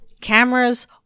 cameras